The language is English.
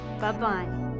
Bye-bye